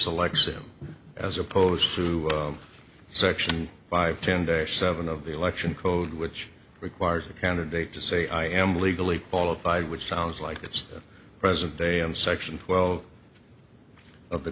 selection as opposed to section five to seven of the election code which requires a candidate to say i am legally qualified which sounds like it's present day i'm section well of the